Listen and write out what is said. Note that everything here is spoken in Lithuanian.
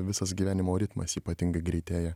visas gyvenimo ritmas ypatingai greitėja